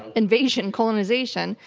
invasion, colonization.